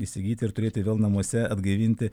įsigyti ir turėti vėl namuose atgaivinti